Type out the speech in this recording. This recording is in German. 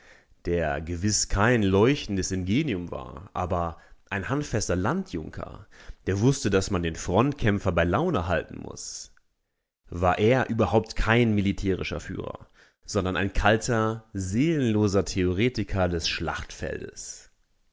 der gewiß kein leuchtendes ingenium war aber ein handfester landjunker der wußte daß man den frontkämpfer bei laune halten muß war er überhaupt kein militärischer führer sondern ein kalter seelenloser theoretiker des